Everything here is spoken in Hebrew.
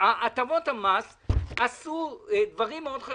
הטבות המס עשו דברים מאוד חשובים.